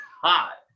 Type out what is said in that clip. hot